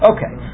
Okay